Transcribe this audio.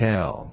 Tell